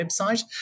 website